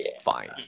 Fine